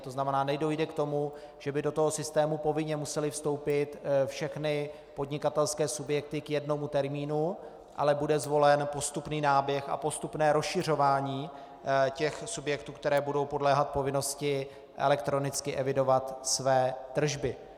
To znamená, nedojde k tomu, že by do systému povinně musely vstoupit všechny podnikatelské subjekty k jednomu termínu, ale bude zvolen postupný náběh a postupné rozšiřování subjektů, které budou podléhat povinnosti elektronicky evidovat své tržby.